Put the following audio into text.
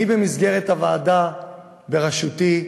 במסגרת הוועדה בראשותי,